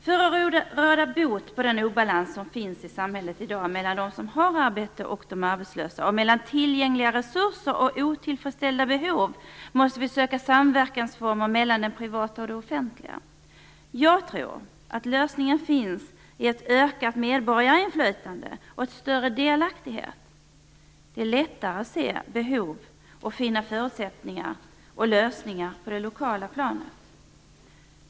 För att råda bot på den obalans som finns i samhället i dag mellan dem som har arbete och de arbetslösa och mellan tillgängliga resurser och otillfredsställda behov, måste vi söka samverkansformer mellan det privata och det offentliga. Jag tror att lösningen finns i ett ökat medborgarinflytande och en större delaktighet. Det är lättare att se behov och finna förutsättningar och lösningar på det lokala planet.